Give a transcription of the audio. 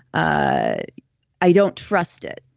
ah i don't trust it.